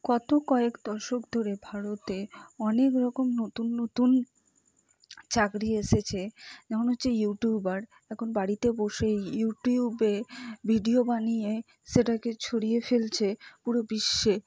গত কয়েক দশক ধরে ভারতে অনেক রকম নতুন নতুন চাকরি এসেছে যেমন হছে ইউটিউবার এখন বাড়িতে বসে ইউটিউবে ভিডিও বানিয়ে সেটাকে ছড়িয়ে ফেলছে পুরো বিশ্বে